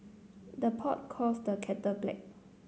the pot calls the kettle black